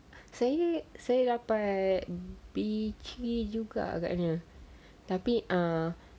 saya saya dapat B three juga agaknya tapi ah